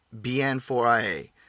BN4IA